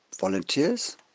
volunteers